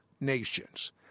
nations